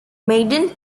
maiden